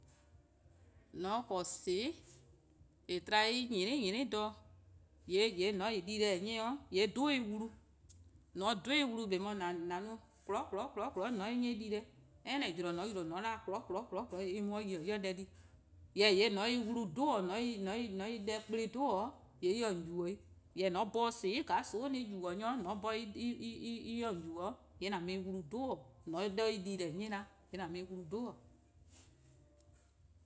:Mor :on po :soon'+ :eh 'wluh-a 'de en 'nyene 'nyene dha-dih, :yee' :mor :on :taa dii-deh-a 'nyi, :yee' 'dhu-dih wlu, :mor :on 'dhu-dih' wlu :eh 'beh :an no :klo, :klo, :klo 'de :an 'nyi-' dii-deh, any :zorn :mor :on 'yle :on 'de :klo, :klo, :klo en mu 'de :yi en 'ye deh di, jorwor: wlu 'dhu-dih, on se-ih kplen 'dhu-dih :yee' en :se-' :on yubo 'i, :mor :an 'bhorn :soon'+, :ka soon'+-a yubo: nyor, :yee' :mor :an 'bhorn en 'ye 'on yubo :yee' :an mu-ih wlu 'dhu-dih 'de en dii-deh: 'nyi 'da, :an mu-ih wlu 'dhu-dih.